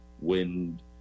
wind